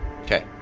Okay